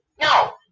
No